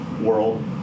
world